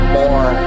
more